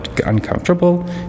uncomfortable